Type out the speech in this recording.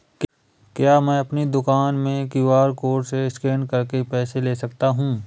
क्या मैं अपनी दुकान में क्यू.आर कोड से स्कैन करके पैसे ले सकता हूँ?